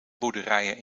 boerderijen